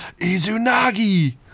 Izunagi